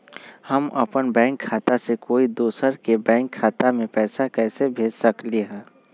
हम अपन बैंक खाता से कोई दोसर के बैंक खाता में पैसा कैसे भेज सकली ह?